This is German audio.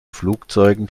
flugzeugen